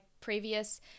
previous